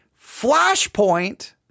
Flashpoint